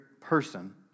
person